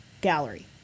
gallery